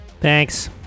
Thanks